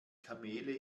kamele